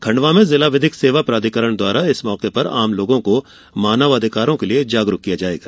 खंडवा में जिला विधिक सेवा प्राधिकरण द्वारा इस मौके पर आम लोगों को मानव अधिकारों के लिये जागरूक किया जाएगा